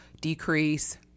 decrease